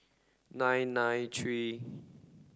nine nine three